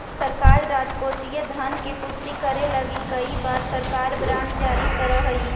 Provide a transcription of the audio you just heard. सरकार राजकोषीय धन के पूर्ति करे लगी कई बार सरकारी बॉन्ड जारी करऽ हई